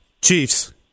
Chiefs